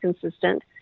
consistent